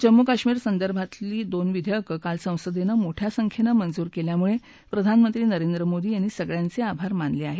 जम्मू काश्मीर संदर्भातले दोन विधेयक काल संसदेने मोठया संख्येनं मंजूर केल्यामुळे प्रधानमंत्री नरेंद्र मोदी यांनी सगळ्यांचे आभार मानले आहेत